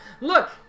look